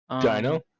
Dino